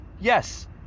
Yes